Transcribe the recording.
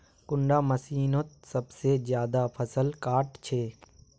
कुंडा मशीनोत सबसे ज्यादा फसल काट छै?